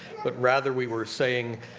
but rather, we were saying,